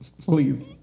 Please